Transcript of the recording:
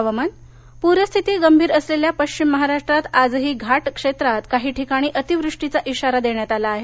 हवामान पूरस्थिती गंभीर असलेल्या पश्चिम महाराष्ट्रात आजही घाट क्षेत्रात काही ठिकाणी अतिवृष्टीचा इशारा देण्यात आला आहे